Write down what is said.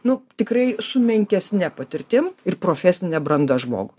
nu tikrai su menkesne patirtim ir profesine branda žmogų